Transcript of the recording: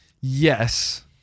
Yes